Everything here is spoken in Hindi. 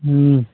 हम्म